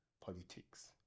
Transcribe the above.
politics